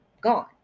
gone